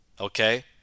okay